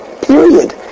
period